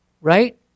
Right